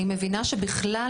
אני מבינה שבכלל,